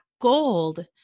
gold